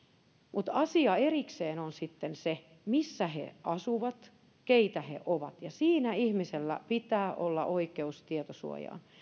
mutta asia erikseen on sitten se missä he asuvat keitä he ovat siinä ihmisellä pitää olla oikeus tietosuojaan